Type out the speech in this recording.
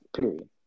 period